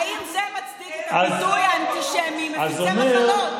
האם זה מצדיק את הביטוי האנטישמי "מפיצי מחלות"?